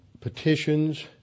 petitions